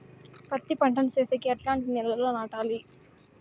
పత్తి పంట ను సేసేకి ఎట్లాంటి నేలలో నాటాలి?